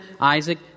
Isaac